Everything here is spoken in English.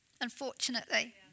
Unfortunately